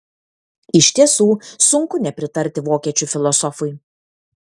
iš tiesų sunku nepritarti vokiečių filosofui